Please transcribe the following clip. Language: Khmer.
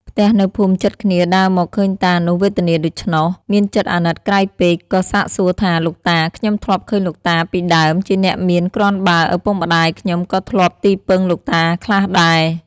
ផ្ទះនៅភូមិជិតគ្នាដើរមកឃើញតានោះ វេទនាដូច្នោះ មានចិត្តអាណិតក្រៃពេកក៏សាកសួរថា “លោកតា! ខ្ញុំធ្លាប់ឃើញលោកតាពីដើម ជាអ្នកមានគ្រាន់បើឪពុកម្តាយខ្ញុំក៏ធ្លាប់ទីពឹងលោកតាខ្លះដែរ។